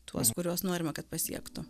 tuos kuriuos norime kad pasiektų